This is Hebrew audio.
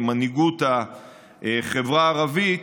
עם מנהיגות החברה הערבית.